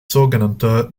sogenannte